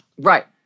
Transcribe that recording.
Right